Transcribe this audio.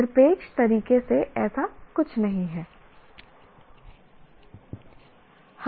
निरपेक्ष तरीके से ऐसा कुछ नहीं है